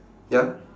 ya